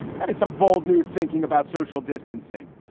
that is some bold new thinking about social distancing.